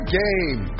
game